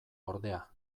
ordea